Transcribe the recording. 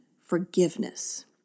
forgiveness